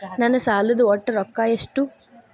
ನನ್ನ ಸಾಲದ ಒಟ್ಟ ರೊಕ್ಕ ಎಷ್ಟು?